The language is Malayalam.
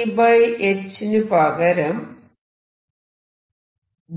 Eh നു പകരം